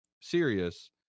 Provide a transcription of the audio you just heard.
serious